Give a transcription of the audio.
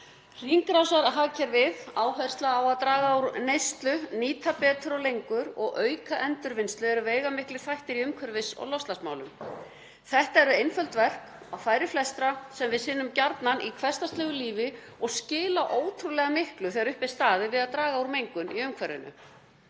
Hringrásarhagkerfið, áhersla á að draga úr neyslu, nýta betur og lengur og auka endurvinnslu eru veigamiklir þættir í umhverfis- og loftslagsmálum. Þetta eru einföld verk á færi flestra sem við sinnum gjarnan í hversdagslegu lífi og skila ótrúlega miklu þegar upp er staðið við að draga úr mengun í umhverfinu.